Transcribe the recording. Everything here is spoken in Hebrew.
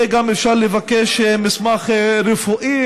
יהיה אפשר לבקש גם מסמך רפואי,